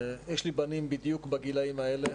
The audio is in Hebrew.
יש לי בנים בדיוק בגילאים האלה,